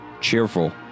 cheerful